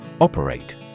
Operate